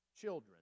children